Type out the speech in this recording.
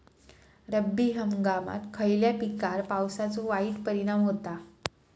रब्बी हंगामात खयल्या पिकार पावसाचो वाईट परिणाम होता?